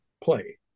play